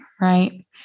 right